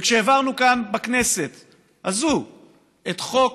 וכשהעברנו כאן, בכנסת הזו, את חוק